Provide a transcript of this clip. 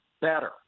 better